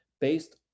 based